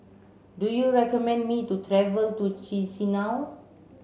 do you recommend me to travel to Chisinau